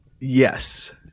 Yes